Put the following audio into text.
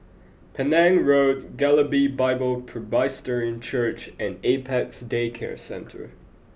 Penang Road Galilee Bible Presbyterian Church and Apex Day Care Centre